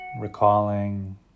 recalling